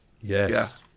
Yes